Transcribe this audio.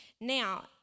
Now